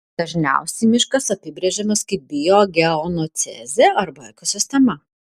dažniausiai miškas apibrėžimas kaip biogeocenozė arba ekosistema